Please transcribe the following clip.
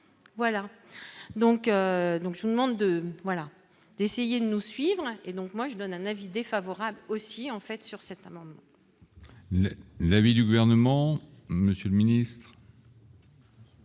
donc, donc je vous demande de voilà, d'essayer de nous suivre et donc moi je donne un avis défavorable aussi en fait sur cette. L'avis du gouvernement, monsieur le Ministre.